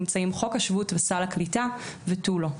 נמצאים חוק השבות וסל הקליטה וטו לא.